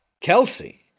Kelsey